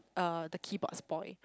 uh the keyboard spoil